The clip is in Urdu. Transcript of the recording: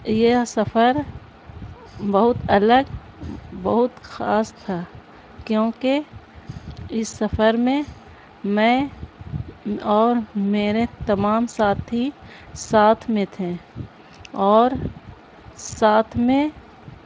یہ سفر بہت الگ بہت خاص تھا کیونکہ اس سفر میں میں اور میرے تمام ساتھھی ساتھ میں تھے اور ساتھ میں